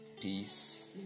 Peace